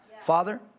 Father